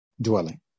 Dwelling